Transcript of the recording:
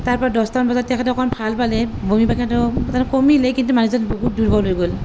তাৰ পৰা দছটামান বজাত তেখেতে অকণ ভাল পালে বমি পায়খানাটো তাৰমানে কমিলে কিন্তু মানুহজন বহুত দুৰ্বল হৈ গ'ল